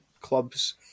clubs